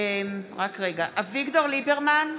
אביגדור ליברמן,